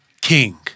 king